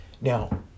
Now